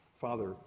Father